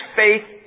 faith